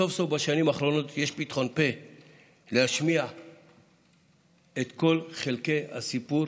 סוף-סוף בשנים האחרונות יש פתחון פה להשמיע את כל חלקי הסיפור